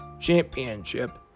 championship